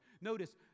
Notice